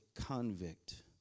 convict